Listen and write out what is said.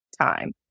time